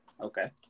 okay